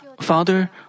Father